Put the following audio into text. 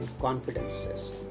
confidences